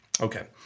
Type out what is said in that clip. Okay